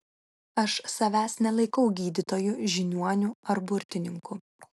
aš savęs nelaikau gydytoju žiniuoniu ar burtininku